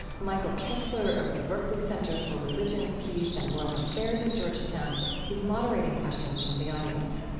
michael kessler of the berkley center for religion, peace, and world affairs at georgetown is moderating questions from the audience